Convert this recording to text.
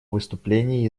выступление